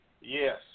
yes